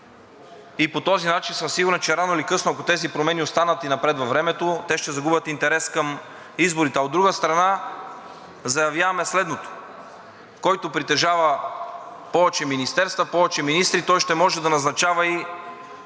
По този начин съм сигурен, че рано или късно, ако тези промени останат и напред във времето, те ще загубят интерес към изборите. От друга страна, заявяваме следното: който притежава повече министерства, повече министри, той ще може да назначава и